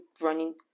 running